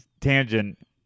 tangent